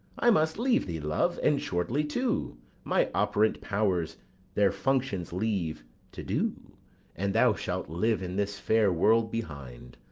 i must leave thee, love, and shortly too my operant powers their functions leave to do and thou shalt live in this fair world behind,